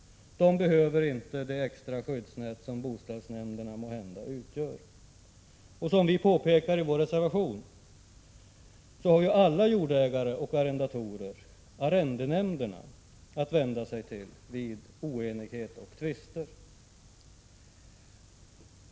De behöver inte det extra skyddsnät som boställsnämnderna måhända utgör. Som vi påpekar i vår reservation har ju alla jordägare och arrendatorer arrendenämnderna att vända sig till vid oenighet och tvister.